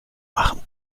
machen